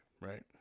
Right